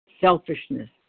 selfishness